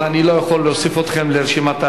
אבל אני לא יכול להוסיף אתכם לרשימה.